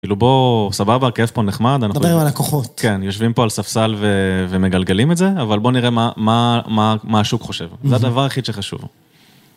כאילו בואו סבבה, כיף פה, נחמד. נדבר עם הלקוחות. כן, יושבים פה על ספסל ומגלגלים את זה, אבל בואו נראה מה השוק חושב. זה הדבר היחיד שחשוב.